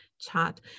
chat